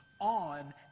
on